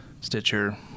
Stitcher